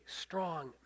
strong